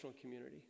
community